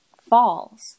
falls